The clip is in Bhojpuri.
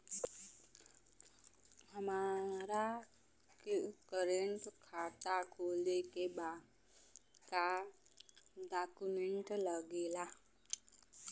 हमारा के करेंट खाता खोले के बा का डॉक्यूमेंट लागेला?